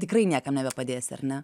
tikrai niekam nebepadėsi ar ne